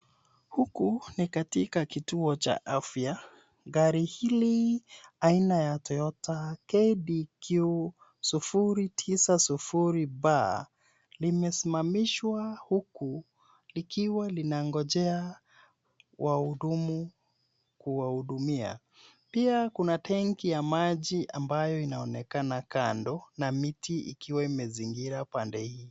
Huku ni katika kituo cha afya. Gari hili aina ya Toyota KDQ 090B limesimamishwa huku likiwa linangojea wahudumu kuwahudumia. Pia kuna tenki ya maji ambayo inaonekana kando na miti ikiwa imezingira pande hii.